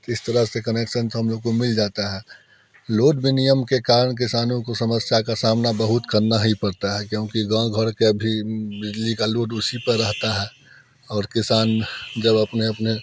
तो इस तरह से कनेक्शन तो हम लोगों को मिल जाता है लोड नियम के कारण किसानों को समस्या का सामना बहुत करना ही पड़ता है क्योंकि गांँव घर के भी बिजली का लोड उसी पर रहता है और किसान जब अपने अपने